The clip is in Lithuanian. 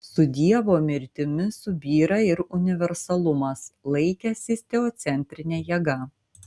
su dievo mirtimi subyra ir universalumas laikęsis teocentrine jėga